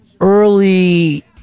early